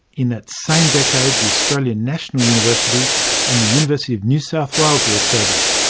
in that same decade the australian national university and the university of new south wales were established,